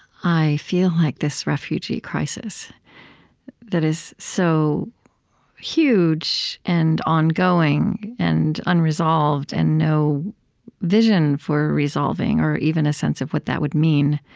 feel like this refugee crisis that is so huge, and ongoing, and unresolved, and no vision for resolving, or even a sense of what that would mean,